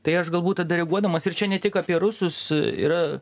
tai aš galbūt tada reaguodamas ir čia ne tik apie rusus yra